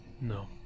No